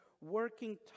working